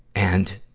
and